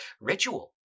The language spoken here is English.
ritual